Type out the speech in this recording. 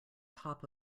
top